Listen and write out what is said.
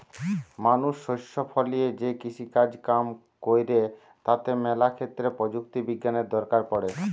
মানুষ শস্য ফলিয়ে যে কৃষিকাজ কাম কইরে তাতে ম্যালা ক্ষেত্রে প্রযুক্তি বিজ্ঞানের দরকার পড়ে